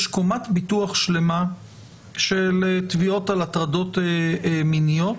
יש קומת ביטוח שלמה של תביעות על הטרדות מיניות